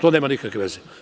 To nema nikakve veze.